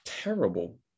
terrible